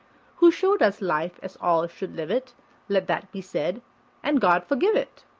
who showed us life as all should live it let that be said and god forgive it!